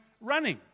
running